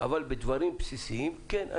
אבל בדברים בסיסיים כן,